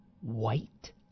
white